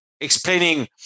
explaining